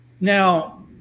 now